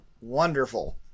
Wonderful